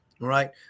right